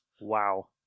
wow